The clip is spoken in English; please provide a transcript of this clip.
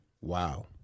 Wow